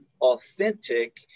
authentic